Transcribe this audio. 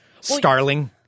Starling